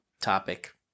topic